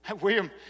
William